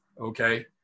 okay